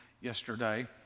yesterday